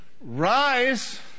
rise